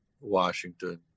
Washington